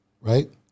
right